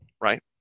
right